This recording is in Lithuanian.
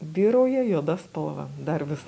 vyrauja juoda spalva dar vis